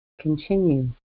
continue